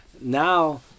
now